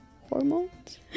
hormones